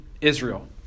israel